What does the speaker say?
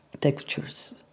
textures